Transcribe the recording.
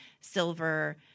silver